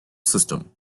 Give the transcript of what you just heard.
system